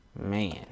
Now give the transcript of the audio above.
man